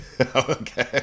Okay